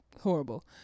horrible